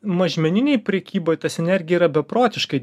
mažmeninėj prekyboj ta sinergija yra beprotiškai